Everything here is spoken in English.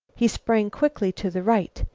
he sprang quickly to the right,